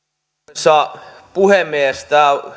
arvoisa puhemies on